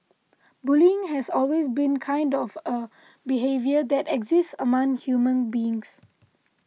bullying has always been kind of a behaviour that exists among human beings